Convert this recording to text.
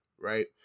Right